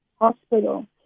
hospital